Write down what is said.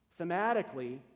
Thematically